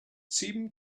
seemed